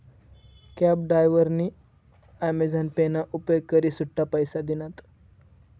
cab डायव्हरनी Amazon pay ना उपेग करी सुट्टा पैसा दिनात